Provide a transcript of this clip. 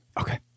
Okay